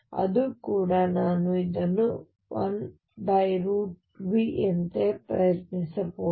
ಅದು ಕೂಡ ನಾನು ಇದನ್ನು 1V ಯಂತೆ ಪ್ರಯತ್ನಿಸಬಹುದು